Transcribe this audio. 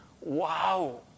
Wow